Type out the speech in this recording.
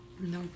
No